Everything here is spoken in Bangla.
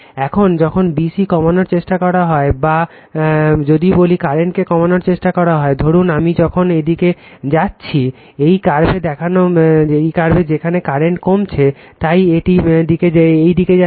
এখন যখন b c কমানোর চেষ্টা করা হয় বা যদি বলি কারেন্টকে কমানোর চেষ্টা করা হয় ধরুন আমি যখন এদিকে যাচ্ছি এই কার্ভে যেখানে কারেন্ট কমছে তাই এটি এই দিকে যাচ্ছে